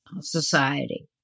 society